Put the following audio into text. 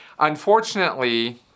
Unfortunately